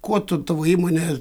kuo ta tavo įmonė